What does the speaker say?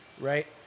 right